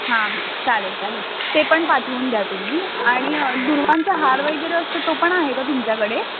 हां हां चालेल चालेल ते पण पाठवून द्या तुम्ही आणि दुर्वांचा हार वगैरे असतो तो पण आहे का तुमच्याकडे